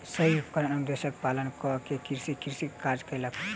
सही उपकरण अनुदेशक पालन कअ के कृषक कृषि काज कयलक